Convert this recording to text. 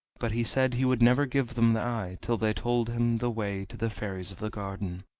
but he said he would never give them the eye till they told him the way to the fairies of the garden.